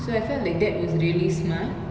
so I felt like that was really smart